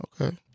Okay